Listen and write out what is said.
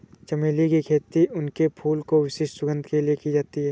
चमेली की खेती उनके फूलों की विशिष्ट सुगंध के लिए की जाती है